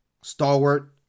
stalwart